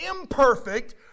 imperfect